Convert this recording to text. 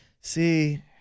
See